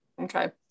Okay